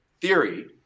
theory